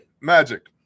Magic